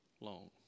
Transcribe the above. long